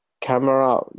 camera